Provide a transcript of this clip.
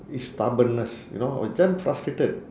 it's stubbornness you know I was damn frustrated